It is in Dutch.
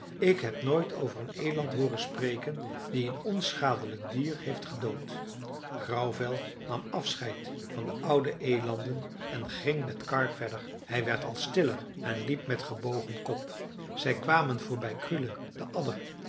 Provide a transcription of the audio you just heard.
ik heb nooit over een eland hooren spreken die een onschadelijk dier heeft gedood grauwvel nam afscheid van de oude elanden en ging met karr verder hij werd al stiller en liep met gebogen kop zij kwamen voorbij krule de adder